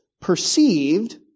perceived